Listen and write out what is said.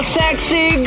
sexy